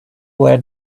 were